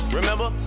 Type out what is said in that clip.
Remember